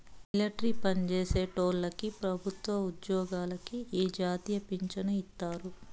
military పన్జేసేటోల్లకి పెబుత్వ ఉజ్జోగులకి ఈ జాతీయ పించను ఇత్తారు